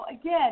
again